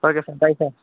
okay sir bye sir